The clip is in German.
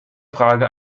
frage